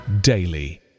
daily